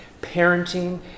parenting